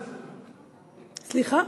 סליחה?